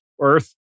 Earth